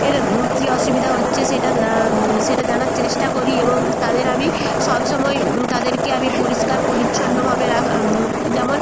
এর কী অসুবিধা হচ্ছে সেটা সেটা জানার চেষ্টা করি এবং তাদের আমি সব সময় তাদেরকে আমি পরিষ্কার পরিচ্ছন্নভাবে রাখার যেমন